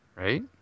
right